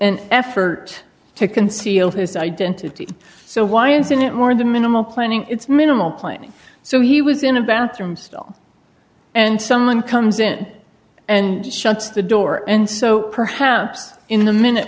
an effort to conceal his identity so why isn't it more in the minimal planning it's minimal planning so he was in a bathroom stall and someone comes in and shuts the door and so perhaps in the minute